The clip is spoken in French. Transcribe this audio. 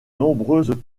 nombreuses